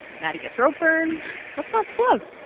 maddie gets rope burn what's not to love?